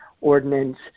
Ordinance